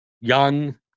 Young